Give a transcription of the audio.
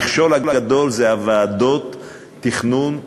המכשול הגדול זה ועדות התכנון העירוניות,